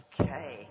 Okay